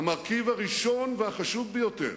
המרכיב הראשון והחשוב ביותר